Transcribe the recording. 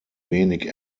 wenig